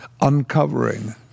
uncovering